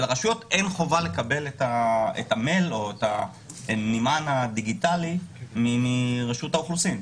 ולרשויות אין חובה לקבל את המייל או הנמען הדיגיטלי מרשות האוכלוסין.